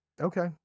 Okay